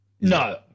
No